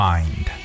Mind